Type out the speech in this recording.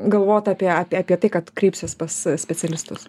galvot apie apie apie tai kad kreipsiuos pas specialistus